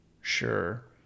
Sure